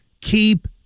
keep